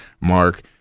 Mark